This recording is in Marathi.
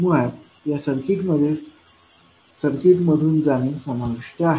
मुळात या मध्ये सर्किटमधून जाणे समाविष्ट आहे